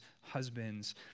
husbands